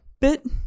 bit